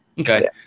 Okay